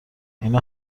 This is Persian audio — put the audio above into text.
اینا